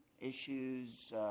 issues